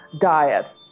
diet